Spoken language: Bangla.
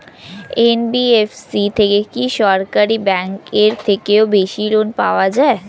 এন.বি.এফ.সি থেকে কি সরকারি ব্যাংক এর থেকেও বেশি লোন পাওয়া যায়?